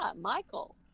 Michael